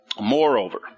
Moreover